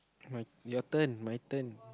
my your turn my turn